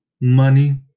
money